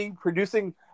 producing